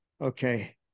okay